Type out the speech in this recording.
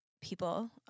people